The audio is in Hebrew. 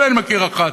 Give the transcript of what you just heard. אולי אני מכיר אחת,